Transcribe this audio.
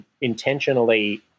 intentionally